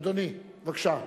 אדוני, בבקשה.